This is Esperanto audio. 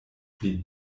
pli